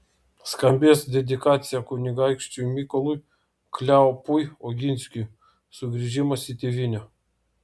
skambės dedikacija kunigaikščiui mykolui kleopui oginskiui sugrįžimas į tėvynę